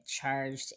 charged